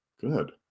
Good